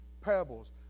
pebbles